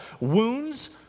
Wounds